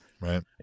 Right